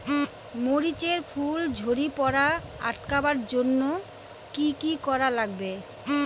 মরিচ এর ফুল ঝড়ি পড়া আটকাবার জইন্যে কি কি করা লাগবে?